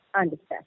Understand